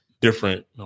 different